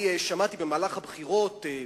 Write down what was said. שמעתי במהלך הבחירות,